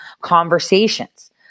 conversations